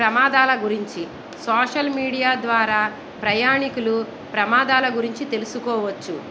ప్రమాదాల గురించి social media ద్వారా ప్రయాణీకులు ప్రమాదాల గురించి తెలుసుకోవచ్చు